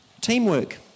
Teamwork